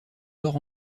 lors